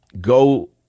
go